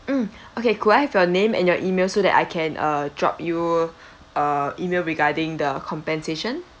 mm okay could I have your name and your E-mail so that I can uh drop you a E-mail regarding the compensation